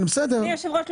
אדוני היושב-ראש,